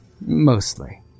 mostly